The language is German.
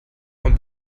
von